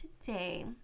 today